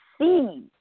see